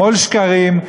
המון שקרים,